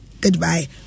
Goodbye